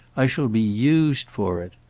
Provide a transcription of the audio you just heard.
i shall be used for it!